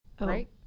right